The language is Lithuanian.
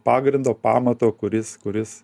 pagrindo pamato kuris kuris